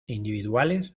individuales